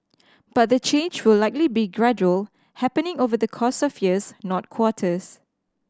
but the change will likely be gradual happening over the course of years not quarters